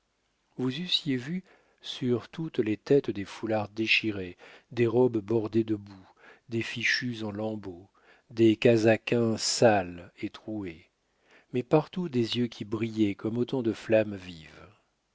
vous eussiez vu sur toutes les têtes des foulards déchirés des robes bordées de boue des fichus en lambeaux des casaquins sales et troués mais partout des yeux qui brillaient comme autant de flammes vives